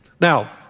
Now